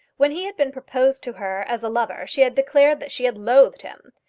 when he had been proposed to her as a lover she had declared that she had loathed him.